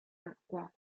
acqua